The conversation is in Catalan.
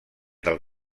del